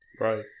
right